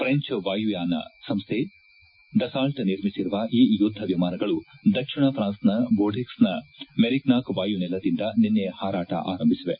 French ವಾಯುಯಾನ ಸಂಸ್ವೆ Dassault ನಿರ್ಮಿಸಿರುವ ಈ ಯುದ್ದ ವಿಮಾನಗಳು ದಕ್ಷಿಣ ಪ್ರಾನ್ಸ್ನ ದೋರ್ಡೆಕ್ಸ್ನ ಮೆರಿಗ್ನಾಕ್ ವಾಯುನೆಲದಿಂದ ನಿನ್ನೆ ಹಾರಾಟ ಆರಂಭಿಸಿವೆ